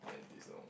and this long